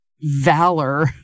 valor